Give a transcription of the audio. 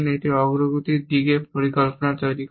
এটি একটি অগ্রগতির দিকে পরিকল্পনা তৈরি করে